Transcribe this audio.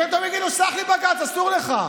אתם תגידו: תסלח לי, בג"ץ, אסור לך,